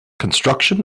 construction